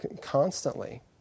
constantly